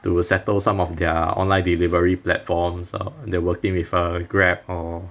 they will settle some of their online delivery platforms uh they're working with uh Grab or